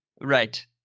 right